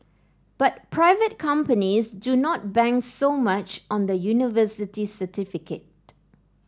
but private companies do not bank so much on the university certificate